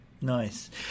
Nice